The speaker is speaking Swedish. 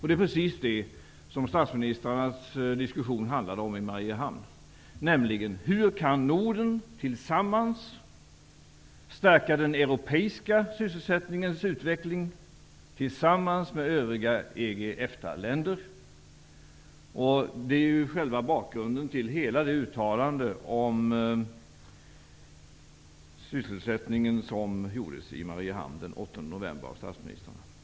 Det är precis detta som statsministrarnas diskussion i Mariehamn handlade om, nämligen hur Norden tillsammans kan stärka den europeiska sysselsättningens utveckling i samarbete med övriga EG--EFTA-länder. Detta är bakgrunden till det uttalande om sysselsättningen som gjordes av statsministrarna i Mariehamn den 8 november.